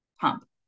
pump